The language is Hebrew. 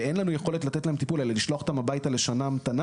ואין לנו יכולת לתת להם טיפול אלא לשלוח אותם הביתה לשנה המתנה